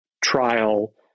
trial